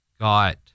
got